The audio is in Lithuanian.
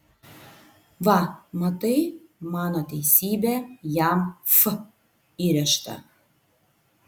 va matai mano teisybė jam f įrėžta